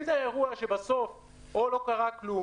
אם זה אירוע שבסוף או לא קרה כלום,